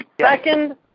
Second